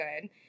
good